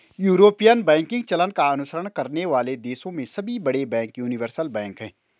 European banking चलन का अनुसरण करने वाले देशों में सभी बड़े बैंक यूनिवर्सल बैंक हैं